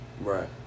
Right